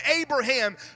Abraham